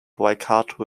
waikato